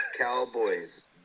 Cowboys